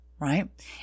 right